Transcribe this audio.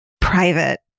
private